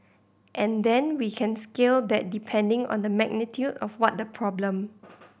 and then we can scale that depending on the magnitude of what the problem